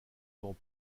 vont